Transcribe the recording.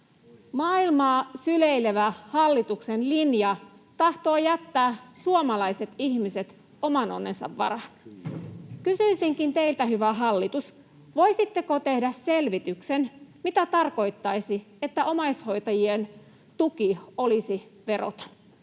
Maailmaa syleilevä hallituksen linja tahtoo jättää suomalaiset ihmiset oman onnensa varaan. Kysyisinkin teiltä, hyvä hallitus, voisitteko tehdä selvityksen, mitä tarkoittaisi, että omaishoitajien tuki olisi veroton.